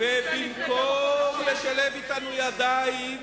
ובמקום לשלב אתנו ידיים